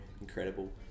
incredible